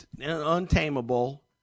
untamable